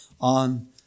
on